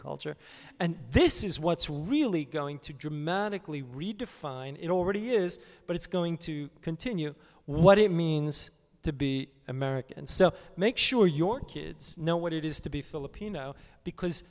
culture and this is what's really going to dramatically redefine it already is but it's going to continue what it means to be american and so make sure your kids know what it is to be filipino because